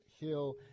Hill